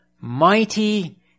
Mighty